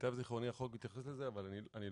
למיטב זכרוני, החוק מתייחס לזה אבל אני...